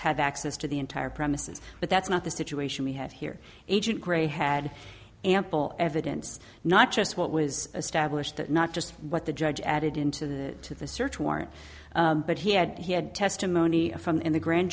have access to the entire premises but that's not the situation we have here agent gray had ample evidence not just what was established that not just what the judge added into the to the search warrant but he had he had testimony from in the grand